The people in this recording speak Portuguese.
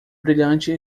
brilhante